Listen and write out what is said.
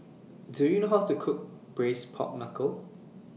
Do YOU know How to Cook Braised Pork Knuckle